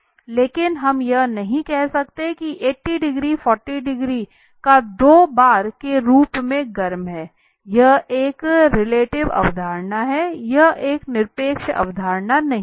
लेकिन हम यह नहीं कह सकते कि 80 डिग्री 40 डिग्री का दो बार के रूप में गर्म है यह एक रिलेटिव अवधारणा हैं यह एक निरपेक्ष अवधारणा नहीं है